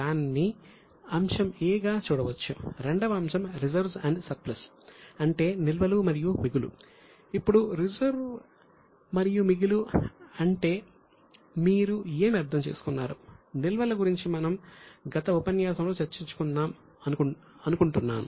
రెండవ అంశం reserves and surplus గురించి మనము గత ఉపన్యాసంలో చర్చించుకున్నాం అనుకుంటున్నాను